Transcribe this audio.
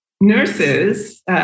nurses